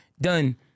done